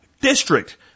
district